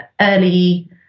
early